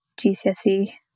gcse